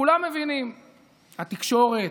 כולם מבינים, התקשורת,